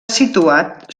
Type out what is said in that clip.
situat